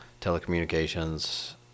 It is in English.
telecommunications